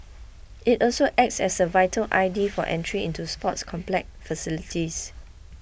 it also acts as a virtual I D for entry into sports complex facilities